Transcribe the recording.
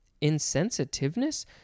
insensitiveness